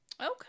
Okay